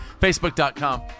Facebook.com